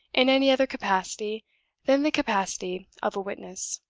in any other capacity than the capacity of a witness.